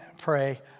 pray